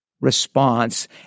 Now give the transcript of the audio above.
response